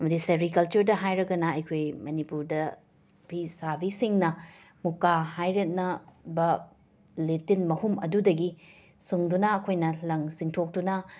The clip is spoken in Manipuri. ꯑꯃꯗꯤ ꯁꯦꯔꯤꯀꯜꯆꯔꯗ ꯍꯥꯏꯔꯒꯅ ꯑꯩꯈꯣꯏ ꯃꯅꯤꯄꯨꯔꯗ ꯐꯤ ꯁꯥꯕꯤꯁꯤꯡꯅ ꯃꯨꯀꯥ ꯍꯥꯏꯔꯠꯅ ꯕ ꯂꯤ ꯇꯤꯜ ꯃꯍꯨꯝ ꯑꯗꯨꯗꯒꯤ ꯁꯨꯡꯗꯨꯅ ꯑꯩꯈꯣꯏꯅ ꯂꯪ ꯆꯤꯡꯊꯣꯛꯇꯨꯅ